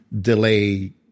delay